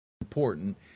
important